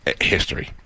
History